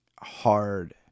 hard